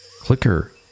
Clicker